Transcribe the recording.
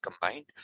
combined